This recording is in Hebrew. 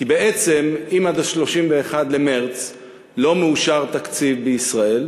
כי בעצם, אם עד 31 במרס לא מאושר תקציב בישראל,